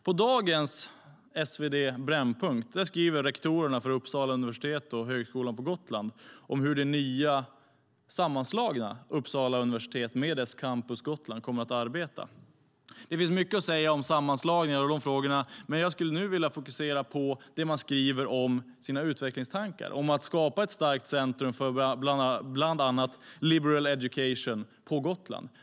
På dagens SvD Brännpunkt skriver rektorerna för Uppsala universitet och Högskolan på Gotland om hur det nya, sammanslagna Uppsala universitet med dess Campus Gotland kommer att arbeta. Det finns mycket att säga om sammanslagningar och sådana frågor, men jag vill nu fokusera på det man skriver om sina utvecklingstankar, om att skapa ett starkt centrum för bland annat Liberal Education på Gotland.